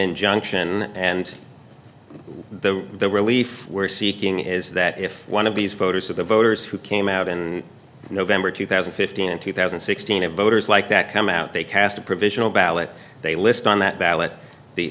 injunction and the relief we're seeking is that if one of these voters of the voters who came out and november two thousand fifteen in two thousand and sixteen of voters like that come out they cast a provisional ballot they list on that ballot